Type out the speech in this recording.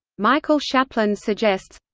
michael shapland suggests